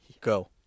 Go